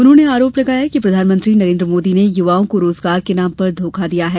उन्होंने आरोप लगाया कि प्रधानमंत्री नरेन्द्र मोदी ने युवाओं को रोजगार के नाम पर धोखा दिया है